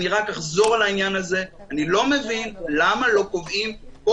אני רק אחזור על העניין הזה: אני לא מבין למה לא קובעים פה